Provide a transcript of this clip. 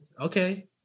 okay